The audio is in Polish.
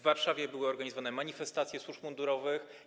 W Warszawie były organizowane manifestacje służb mundurowych.